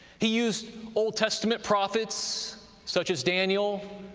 he used old testament prophets such as daniel,